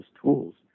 tools